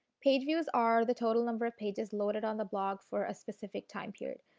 page views are the total number of pages loaded on the blog for a specific time period.